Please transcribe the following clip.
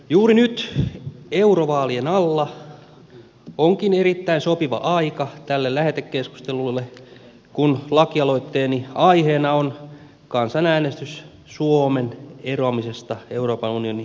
juuri nyt eurovaalien alla onkin erittäin sopiva aika tälle lähetekeskustelulle kun lakialoitteeni aiheena on kansanäänestys suomen eroamisesta euroopan unionin jäsenyydestä